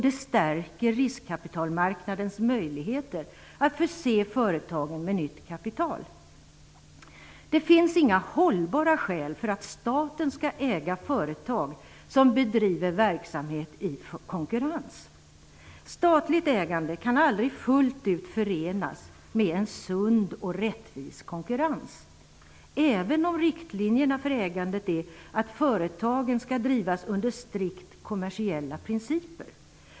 Det stärker också riskkapitalmarknadens möjligheter att förse företagen med nytt kapital. Det finns inga hållbara skäl för att staten skall äga företag som bedriver verksamhet i konkurrens. Statligt ägande kan aldrig fullt ut förenas med en sund och rättvis konkurrens, även om riktlinjerna för ägandet är att företagen skall drivas under strikt kommersiella principer.